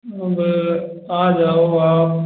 अब आजाओ आप